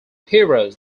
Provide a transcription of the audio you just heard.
heroes